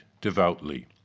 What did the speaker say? devoutly